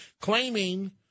claiming